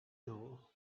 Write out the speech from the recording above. know